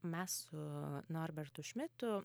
mes su norbertu šmitu